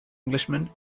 englishman